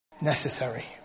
necessary